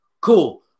Cool